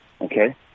Okay